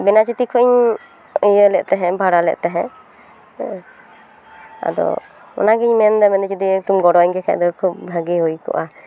ᱵᱮᱱᱟᱪᱤᱛᱤ ᱠᱷᱚᱱ ᱤᱧ ᱤᱭᱟᱹ ᱞᱮᱫ ᱛᱟᱦᱮᱸᱫ ᱵᱷᱟᱲᱟ ᱞᱮᱫ ᱛᱟᱦᱮᱸᱫ ᱦᱮᱸ ᱟᱫᱚ ᱚᱱᱟ ᱜᱮᱧ ᱢᱮᱱᱫᱟ ᱢᱮᱱᱫᱟ ᱡᱩᱫᱤ ᱮᱠᱴᱩᱢ ᱜᱚᱲᱚ ᱟᱹᱧ ᱠᱮᱠᱷᱟᱡ ᱫᱚ ᱠᱷᱩᱵᱽ ᱵᱷᱟᱹᱜᱤ ᱜᱮ ᱦᱩᱭ ᱠᱚᱜᱼᱟ